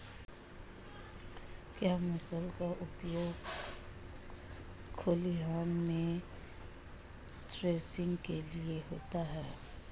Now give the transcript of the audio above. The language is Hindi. क्या मूसल का उपयोग खलिहान में थ्रेसिंग के लिए होता है?